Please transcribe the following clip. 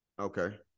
Okay